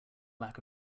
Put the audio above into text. lack